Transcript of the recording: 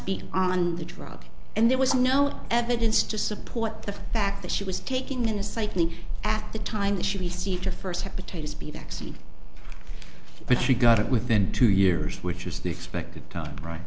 be on the drug and there was no evidence to support the fact that she was taking in a cycling at the time that she received her first hepatitis b vaccine but she got it within two years which was the expected count right